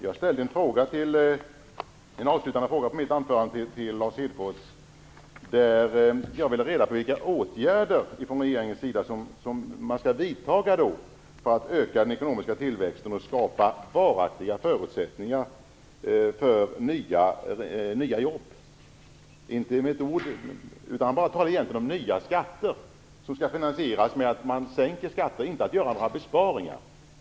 Jag ställde i mitt anförande en avslutande fråga till Lars Hedfors om vilka åtgärder som regeringen skall vidtaga för att öka den ekonomiska tillväxten och skapa varaktiga förutsättningar för nya jobb. Han talar egentligen bara om nya skatter, som skall finansieras genom sänkning av andra skatter, inte om att göra några besparingar.